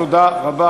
תודה רבה.